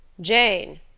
Jane